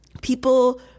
People